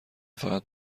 فقط